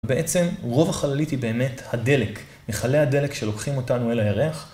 בעצם רוב החללית היא באמת הדלק, מכלי הדלק שלוקחים אותנו אל הירח.